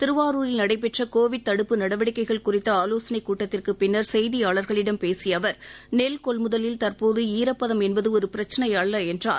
திருவாரூரில் நடைபெற்ற கோவிட் தடுப்பு நடவடிக்கைகள் குறித்த ஆலோசனைக் கூட்டத்திற்குப் பின்னர் செய்தியாளர்களிடம் பேசிய அவர் நெல் கொள்முதலில் தற்போது ஈரப்பதம் என்பது ஒரு பிரச்னை அல்ல என்றார்